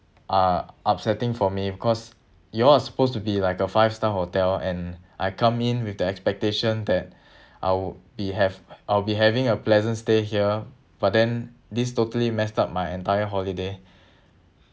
uh upsetting for me because you all are supposed to be like a five star hotel and I come in with the expectation that I'll be have I'll be having a pleasant stay here but then this totally messed up my entire holiday